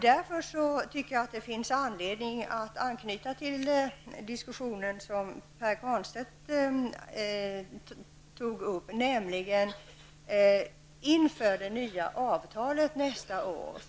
Därför tycker jag att det finns anledning att anknyta till den diskussion som Pär Granstedt tog upp.